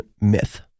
myth